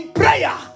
prayer